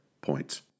points